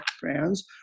brands